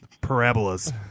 parabolas